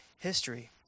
history